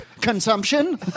consumption